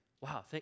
Wow